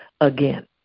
again